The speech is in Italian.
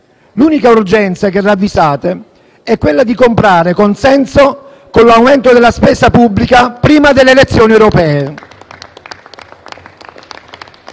L'unica urgenza che ravvisate è quella di comprare consenso con l'aumento della spesa pubblica prima delle elezioni europee.